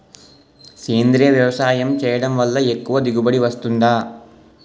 సేంద్రీయ వ్యవసాయం చేయడం వల్ల ఎక్కువ దిగుబడి వస్తుందా?